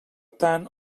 tant